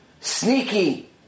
sneaky